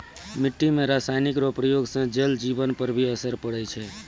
मिट्टी मे रासायनिक रो प्रयोग से जल जिवन पर भी असर पड़ै छै